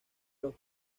los